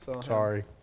Sorry